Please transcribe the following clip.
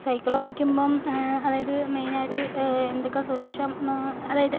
cycle ഓടിക്കുമ്പം അതായത് മെയിനായിട്ട് എന്തൊക്കെ സുരക്ഷാ മാ അതായത്